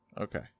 Okay